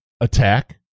attack